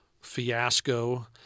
fiasco